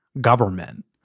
government